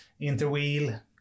Interwheel